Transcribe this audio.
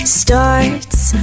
starts